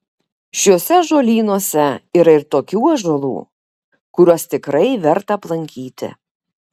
šiuose ąžuolynuose yra ir tokių ąžuolų kuriuos tikrai verta aplankyti